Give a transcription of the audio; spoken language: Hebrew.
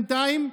בינתיים,